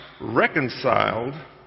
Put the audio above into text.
reconciled